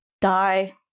Die